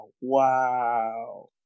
Wow